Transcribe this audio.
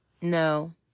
No